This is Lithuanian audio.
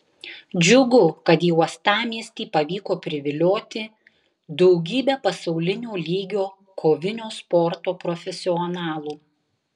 džiugu kad į uostamiestį pavyko privilioti daugybę pasaulinio lygio kovinio sporto profesionalų